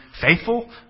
faithful